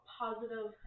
positive